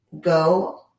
go